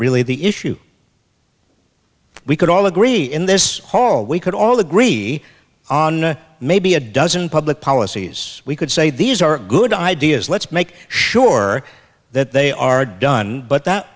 really the issue we could all agree in this hall we could all agree on maybe a dozen public policies we could say these are good ideas let's make sure that they are done but that